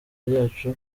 ryacu